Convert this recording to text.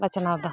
ᱵᱟᱪᱷᱱᱟᱣ ᱫᱚ